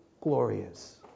glorious